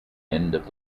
end